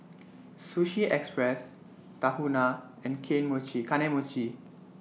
Sushi Express Tahuna and K Mochi Kane Mochi